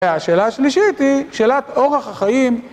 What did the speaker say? השאלה השלישית היא שאלת אורח החיים